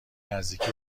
نزدیکی